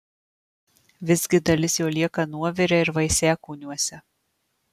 visgi dalis jo lieka nuovire ir vaisiakūniuose